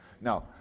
Now